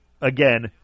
Again